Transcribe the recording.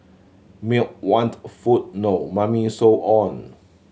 milk want food no Mummy so on